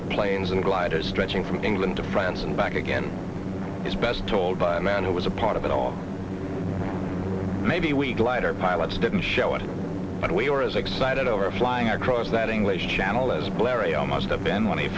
of planes and gliders stretching from england to france and back again is best told by a man who was a part of it all maybe we glider pilots didn't show it but we are as excited over flying across that english channel as blair a o must have been when